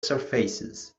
surfaces